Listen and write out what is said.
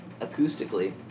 acoustically